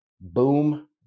Boom